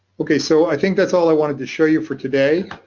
okay, so i think that's all i wanted to show you for today.